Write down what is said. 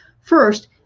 First